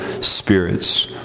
spirits